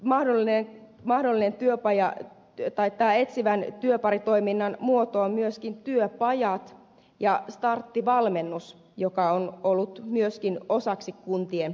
yksi mahdollinen etsivän työparitoiminnan muoto on myöskin työpajat ja starttivalmennus joka on ollut myöskin osaksi kuntien käytössä